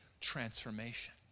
transformation